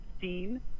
seen